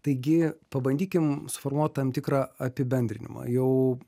taigi pabandykim suformuot tam tikrą apibendrinimą jau